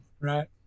right